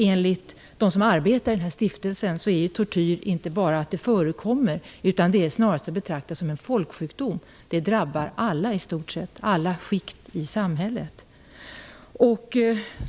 Enligt dem som arbetar i den här stiftelsen inte bara förekommer tortyr, utan det är snarast att betrakta som en folksjukdom. Det drabbar i stort sett alla och i alla skikt av samhället.